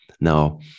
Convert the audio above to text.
Now